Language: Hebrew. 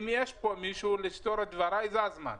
אם יש פה משהו לסתור את דבריי זה הזמן.